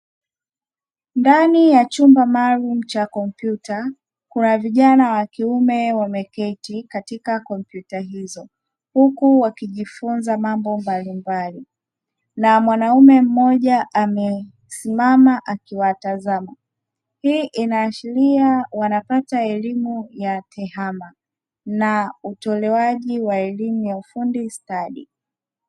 Ndani ya chumba maalumu cha kompyuta, kuna vijana wa kiume wameketi katika kompyuta hizo huku wakijifunza mambo mbalimbali, na mwanaume mmoja amesimama akiwatazama. Hii inaashiria wanapata elimu ya tehama na utolewaji wa elimu ya ufundi stadi.